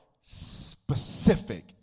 specific